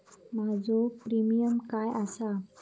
माझो प्रीमियम काय आसा?